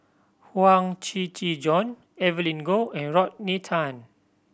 Huang Shiqi Joan Evelyn Goh and Rodney Tan